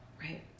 Right